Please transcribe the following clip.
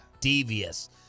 devious